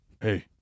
Hey